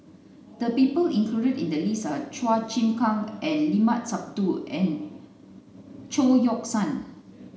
the people included in the list are Chua Chim Kang and Limat Sabtu and Chao Yoke San